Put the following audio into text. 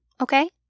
Okay